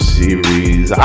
series